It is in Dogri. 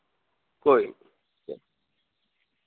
कोई नी